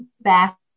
back